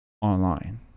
online